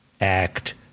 Act